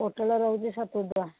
ପୋଟଳ ରହୁଛି ସତୁରୀଟଙ୍କା